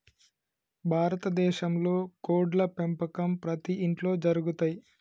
భారత దేశంలో కోడ్ల పెంపకం ప్రతి ఇంట్లో జరుగుతయ్